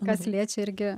kas liečia irgi